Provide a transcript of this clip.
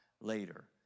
later